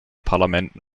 parlamenten